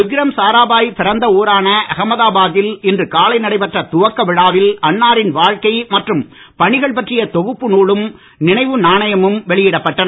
விக்ரம் சாராபாய் பிறந்த ஊரான அகமதபாத்தில் இன்று காலை நடைபெற்ற துவக்க விழாவில் அன்னாரின் வாழ்க்கை மற்றும் பணிகள் பற்றிய தொகுப்பு நூலும் நினைவு நாணயமும் வெளியிடப்பட்டன